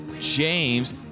James